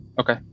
Okay